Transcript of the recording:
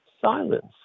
silence